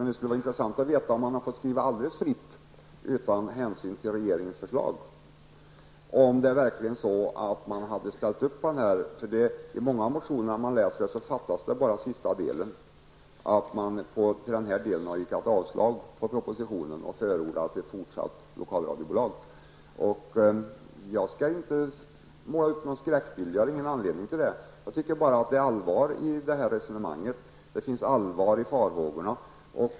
Men det skulle vara intressant att veta om de har fått skriva alldeles fritt utan hänsyn till regeringens förslag. Skulle de annars ställt upp på förslaget? I många motioner tycker man att det bara fattas den sista delen, att yrka avslag på propositionen och förorda ett fortsatt Lokalradiobolag. Jag har ingen anledning att måla upp någon skräckbild. Men jag tycker det är allvar i resonemanget. Det finns allvar i farhågorna.